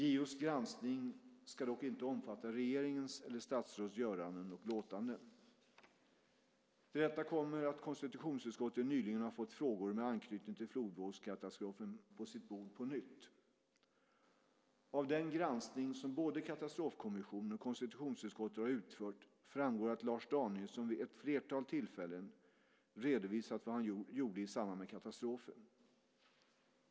JO:s granskning ska dock inte omfatta regeringens eller statsråds göranden och låtanden. Till detta kommer att konstitutionsutskottet nyligen har fått frågor med anknytning till flodvågskatastrofen på sitt bord på nytt. Av den granskning som både Katastrofkommissionen och konstitutionsutskottet har utfört framgår att Lars Danielsson vid ett flertal tillfällen redovisat vad han gjorde i samband med katastrofen.